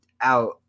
out